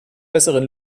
besseren